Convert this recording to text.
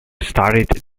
started